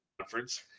conference